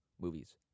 movies